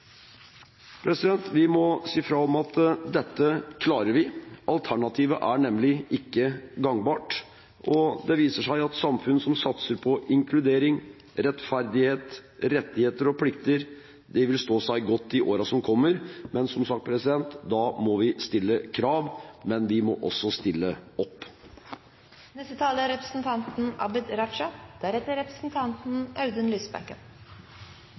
Vi må si fra om at dette klarer vi, alternativet er nemlig ikke gangbart. Det viser seg at samfunn som satser på inkludering, rettferdighet, rettigheter og plikter, vil stå seg godt i årene som kommer. Men som sagt: Da må vi stille krav, men vi må også stille